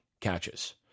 catches